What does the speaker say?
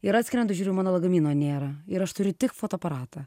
ir atskrendu žiūriu mano lagamino nėra ir aš turiu tik fotoaparatą